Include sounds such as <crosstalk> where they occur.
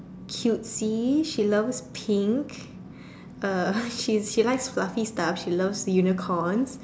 cutesy she loves pink <breath> uh she she likes fluffy stuff she loves unicorns